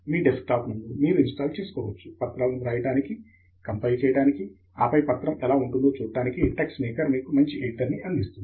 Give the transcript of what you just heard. మీ desktop నందు మీరు install చేసుకోవచ్చు పత్రాలను వ్రాయటానికి కంపైల్ చేయటానికి ఆపై పత్రం ఎలా ఉంటుందో చూడటానికి టెక్స్మేకర్ మీకు మంచి ఎడిటర్ ని అందిస్తుంది